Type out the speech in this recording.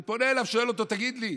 ואני פונה אליו ושואל אותו: תגיד לי,